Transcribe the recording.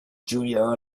junior